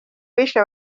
bishe